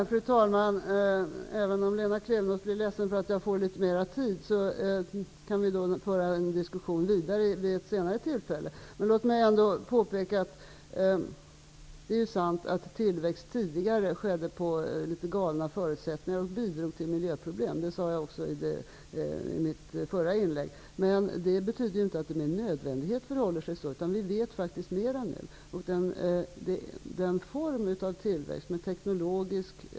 Fru talman! Om Lena Klevenås blir litet ledsen för att jag får litet mera taletid, kan vi föra den här diskussionen vid ett senare tillfälle. Jag vill påpeka att det är sant att tillväxt tidigare skedde under litet galna förutsättningar och bidrog till miljöproblem, vilket jag också sade i mitt förra inlägg. Det betyder inte att det med nödvändighet förhåller sig så. Vi vet faktiskt mera nu.